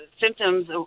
symptoms